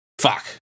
fuck